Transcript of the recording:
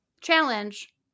Challenge